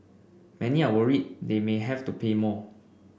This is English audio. many are worried that they may have to pay more